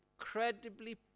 incredibly